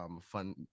Fun